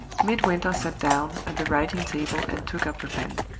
midwinter sat down at the writing-table and took up the pen.